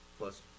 Plus